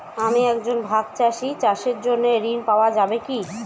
আমি একজন ভাগ চাষি চাষের জন্য ঋণ পাওয়া যাবে কি?